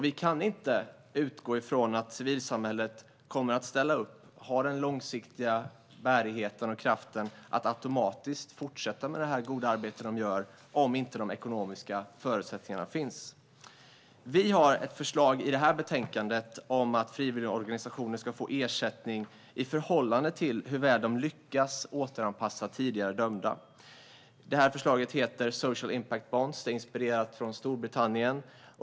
Vi kan inte utgå från att civilsamhället kommer att ställa upp och har den långsiktiga bärigheten och kraften att automatiskt fortsätta med det goda arbete de gör om inte de ekonomiska förutsättningarna finns. Vi har ett förslag i betänkandet om att frivilligorganisationer ska få ersättning i förhållande till hur väl de lyckas återanpassa tidigare dömda. Förslaget heter social impact bonds. Det är inspirerat av Storbritannien.